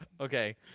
Okay